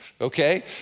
okay